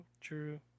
True